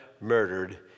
murdered